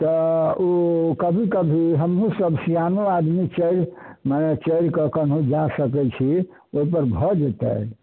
तऽ ओ कभी कभी हमहूँसभ सयानो आदमी चढ़ि मने चढ़ि कऽ कहूँ जा सकै छी ओहिपर भऽ जेतै